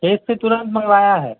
खेत से तुरंत मंगवाया है